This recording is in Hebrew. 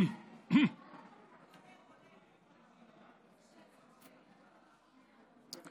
קודם כול אני מודה לשר הרווחה מאיר כהן על התשובה המפורטת.